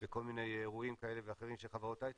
בכל מיני אירועים כאלה ואחרים של חברות הייטק,